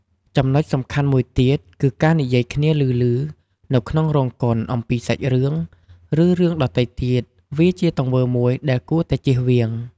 ចំនុចសំខាន់មួយទៀត គឺការនិយាយគ្នាឮៗនៅក្នុងរោងកុនអំពីសាច់រឿង ឬរឿងដទៃទៀត វាជាទង្វើមួយដែលគួរតែជៀសវាង។